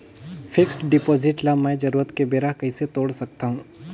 Fixed deposit ल मैं जरूरत के बेरा कइसे तोड़ सकथव?